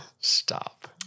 Stop